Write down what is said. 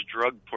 drug